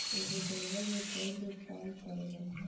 एगो जंगल में कई लोग काम करेलन